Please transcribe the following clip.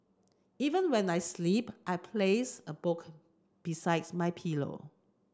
even when I sleep I place a book besides my pillow